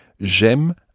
j'aime